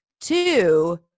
Two